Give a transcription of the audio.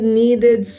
needed